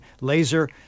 laser